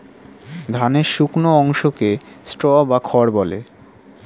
ধানের শুকনো অংশকে স্ট্র বা খড় বলে